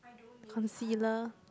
concealer